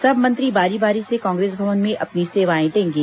सब मंत्री बारी बारी से कांग्रेस भवन में अपनी सेवाएं देंगे